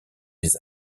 les